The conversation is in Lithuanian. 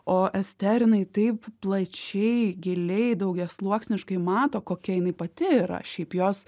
o ester jinai taip plačiai giliai daugiasluoksniškai mato kokia jinai pati yra šiaip jos